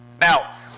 now